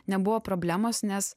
nebuvo problemos nes